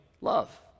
love